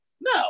No